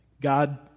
God